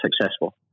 successful